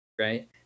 right